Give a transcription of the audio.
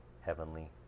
Heavenly